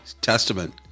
Testament